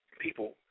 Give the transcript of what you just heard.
People